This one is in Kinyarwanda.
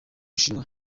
bushinwa